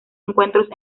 encuentros